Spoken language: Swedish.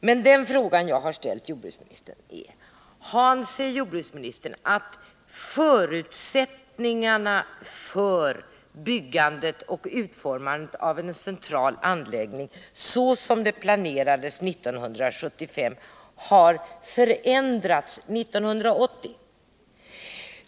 Men den fråga jag har ställt till jordbruksministern är denna: Anser jordbruksministern att förutsättningarna för byggandet och utformandet av en central anläggning såsom de planerades 1975 har förändrats 1980?